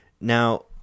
Now